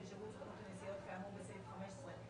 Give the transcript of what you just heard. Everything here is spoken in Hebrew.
שירות סוכנות הנסיעות כאמור בסעיף 15,